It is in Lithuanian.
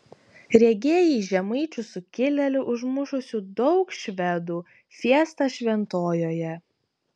regėjai žemaičių sukilėlių užmušusių daug švedų fiestą šventojoje